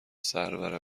سرور